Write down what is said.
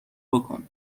بکن